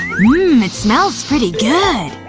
it smells pretty good.